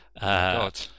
God